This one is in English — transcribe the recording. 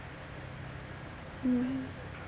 he noted that mister